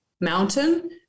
mountain